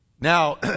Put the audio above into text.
Now